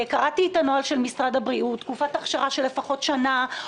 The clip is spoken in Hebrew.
קראתי את הנוהל של משרד הבריאות שמדבר על תקופת הכשרה של לפחות שנתיים,